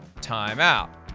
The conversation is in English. timeout